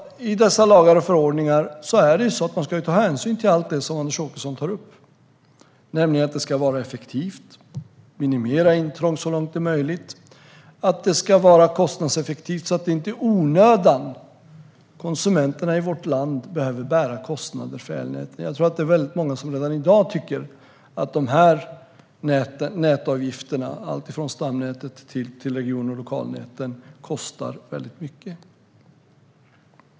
I dessa framgår att man ska ta hänsyn till allt det som Anders Åkesson tar upp: Det ska vara effektivt och minimera intrång så långt det är möjligt. Det ska även vara kostnadseffektivt så att konsumenterna i vårt land inte i onödan behöver bära kostnader för elnäten. Många tycker nog redan i dag att nätavgifterna - för alltifrån stamnätet till region och lokalnäten - kostar väldigt mycket.